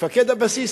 מפקד הבסיס,